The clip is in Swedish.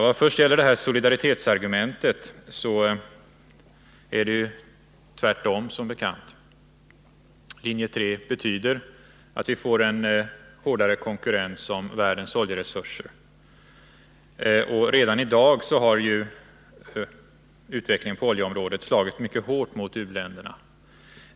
Vad först gäller solidaritetsargumentet förhåller det sig som bekant tvärtom: linje 3:s alternativ medför att vi får en hårdare konkurrens i fråga om världens oljeresurser. Redan i dag har utvecklingen på oljeområdet slagit mycket hårt mot u-länderna.